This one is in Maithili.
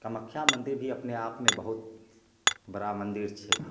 कामख्या मंदिर भी अपने आपमे बहुत बड़ा मंदिर छै